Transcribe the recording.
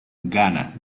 ghana